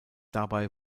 dabei